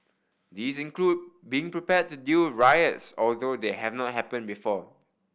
these include being prepared to deal riots although they have not happen before